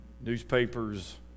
newspapers